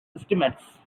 estimates